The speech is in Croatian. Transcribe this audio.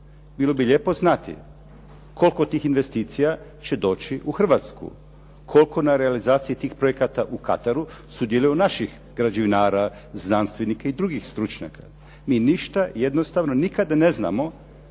Bilo bi lijepo znati koliko tih investicija će doći u Hrvatsku, koliko na realizaciji tih projekata u Kataru sudjeluje naših građevinara, znanstvenika i drugih stručnjaka. I ništa, jednostavno nikada ne znamo